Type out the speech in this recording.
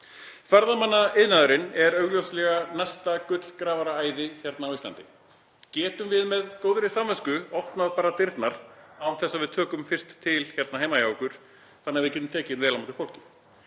Ferðamannaiðnaðurinn er augljóslega næsta gullgrafaraæði hérna á Íslandi. Getum við með góðri samvisku opnað bara dyrnar án þess að við tökum fyrst til heima hjá okkur þannig að við getum tekið vel á móti fólki?